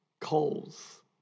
coals